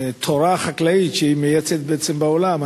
בתורה החקלאית שהיא מייצאת בעצם לעולם.